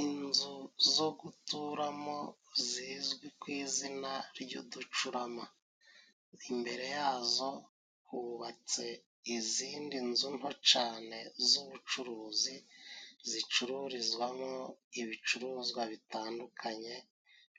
Inzu zo guturamo zizwi ku izina ry'uducurama. Imbere yazo hubatse izindi nzu nto cane z'ubucuruzi zicururizwamo ibicuruzwa bitandukanye,